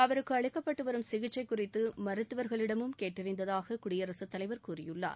அவருக்கு அளிக்கப்பட்டு வரும் சிகிச்சை குறித்து மருத்துவர்களிடமும் கேட்டறிந்ததாக குடியரசுத் தலைவர் கூறியுள்ளார்